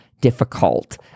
difficult